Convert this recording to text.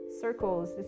circles